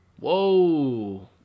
whoa